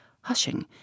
hushing